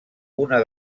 una